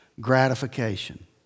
gratification